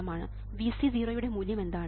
Vc0 യുടെ മൂല്യം എന്താണ്